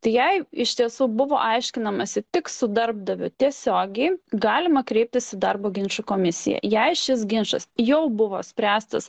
tai jei iš tiesų buvo aiškinamasi tik su darbdaviu tiesiogiai galima kreiptis į darbo ginčų komisiją jei šis ginčas jau buvo spręstas